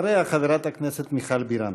אחריה, חברת הכנסת מיכל בירן.